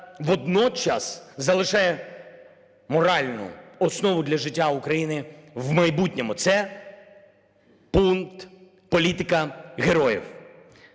водночас залишає моральну основу для життя України в майбутньому, – це пункт "Політика героїв".